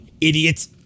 idiot